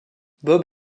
bob